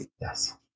Yes